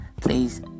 please